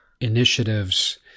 initiatives